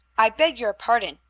i beg your pardon.